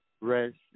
Rest